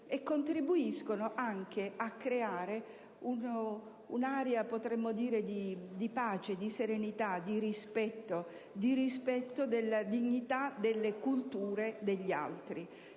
e contribuiscono anche a creare un'atmosfera di pace, di serenità e di rispetto della dignità delle culture degli altri.